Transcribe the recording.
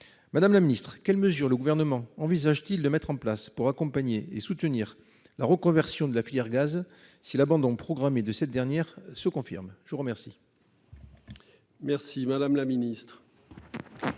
Madame la Ministre, quelles mesures le gouvernement envisage-t-il de mettre en place pour accompagner et soutenir la reconversion de la filière gaz si l'abandon programmé de cette dernière se confirme, je vous remercie. Merci madame la ministre.